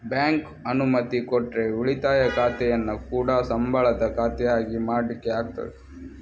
bank ಅನುಮತಿ ಕೊಟ್ರೆ ಉಳಿತಾಯ ಖಾತೆಯನ್ನ ಕೂಡಾ ಸಂಬಳದ ಖಾತೆ ಆಗಿ ಮಾಡ್ಲಿಕ್ಕೆ ಆಗ್ತದೆ